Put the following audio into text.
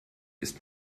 ist